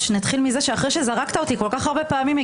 נתחיל מזה שאחרי שזרקת אותי כל כך הרבה פעמים,